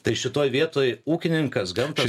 tai šitoj vietoj ūkininkas gamtą